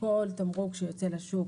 לכל תמרוק שיוצא לשוק,